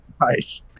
Nice